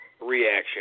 reaction